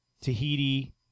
Tahiti